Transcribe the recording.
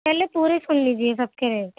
پہلے پوری سن لیجیے سب کے ریٹ